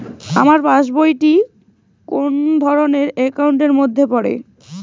আমার পাশ বই টি কোন ধরণের একাউন্ট এর মধ্যে পড়ে?